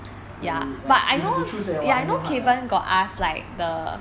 when you like you have to choose but got no heart lah